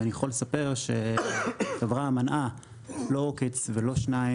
ואני יכול לספר שהחברה מנעה לא עוקץ ולא שניים,